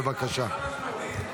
בבקשה.